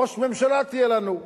ראש ממשלה תהיה לנו,